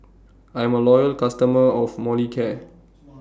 I'm A Loyal customer of Molicare